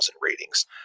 ratings